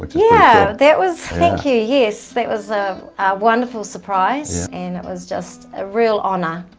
but yeah, that was thank you, yes, that was a wonderful surprise and it was just a real honour.